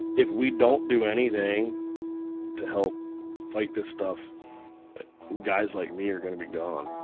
if we don't do anything to help fight this stuff guys like me you're gonna be gone.